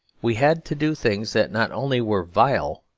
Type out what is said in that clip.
we had to do things that not only were vile,